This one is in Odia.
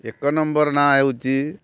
ଏକ ନମ୍ବର ନାଁ ହେଉଛି